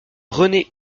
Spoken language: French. rené